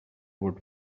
would